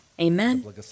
Amen